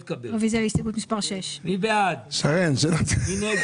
היא אירוע